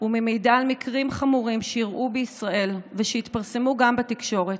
וממידע על מקרים חמורים שאירעו בישראל ושהתפרסמו גם בתקשורת,